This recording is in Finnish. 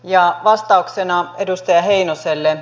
ja vastauksena edustaja heinoselle